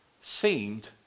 seemed